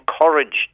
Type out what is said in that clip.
encouraged